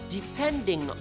Depending